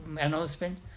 announcement